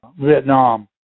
Vietnam